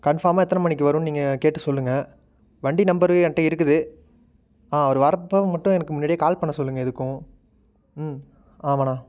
கன்ஃபார்மாக எத்தனை மணிக்கு வரும்னு நீங்கள் கேட்டு சொல்லுங்கள் வண்டி நம்பரு என்கிட்ட இருக்குது ஆ அவர் வர்றப்ப மட்டும் எனக்கு முன்னடியே கால் பண்ண சொல்லுங்கள் எதுக்கும் ம் ஆமாம்ணா